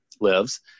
lives